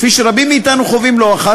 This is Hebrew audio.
כפי שרבים מאתנו חווים לא אחת,